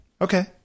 okay